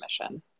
mission